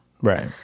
right